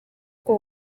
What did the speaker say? uko